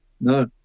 no